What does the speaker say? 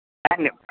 धन्यवाद